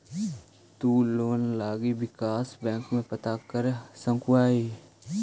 तु लोन लागी विकास बैंक में पता कर सकलहुं हे